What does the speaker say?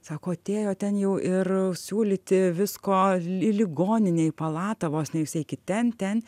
sako atėjo ten jau ir siūlyti visko ligoninėj palatą vos ne jūs eikit ten ten